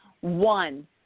One